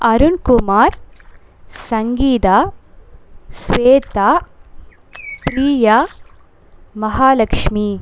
Arunkumar Sangeetha Swetha Priya Mahalakshmi